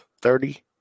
Thirty